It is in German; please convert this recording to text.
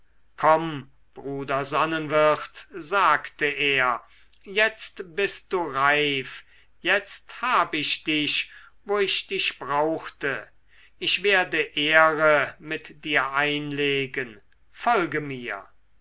komm bruder sonnenwirt sagte er jetzt bist du reif jetzt hab ich dich wo ich dich brauchte ich werde ehre mit dir einlegen folge mir